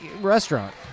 Restaurant